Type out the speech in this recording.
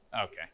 Okay